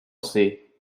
see